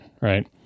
right